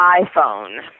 iPhone